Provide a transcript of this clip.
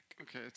Okay